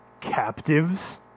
Captives